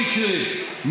ולא במקרה,